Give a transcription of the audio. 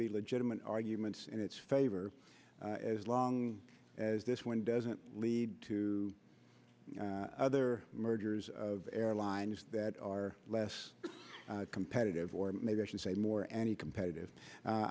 be legitimate arguments in its favor as long as this one doesn't lead to other mergers of airlines that are less competitive or maybe i should say more any competitive